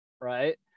right